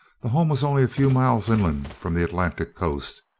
the home was only a few miles inland from the atlantic coast,